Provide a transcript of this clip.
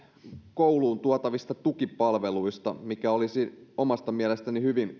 kouluun tuotavista tukipalveluista mitkä olisivat omasta mielestäni hyvin